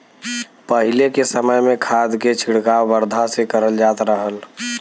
पहिले के समय में खाद के छिड़काव बरधा से करल जात रहल